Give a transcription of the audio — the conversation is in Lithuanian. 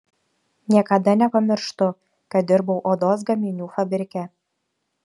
niekada nepamirštu kad dirbau odos gaminių fabrike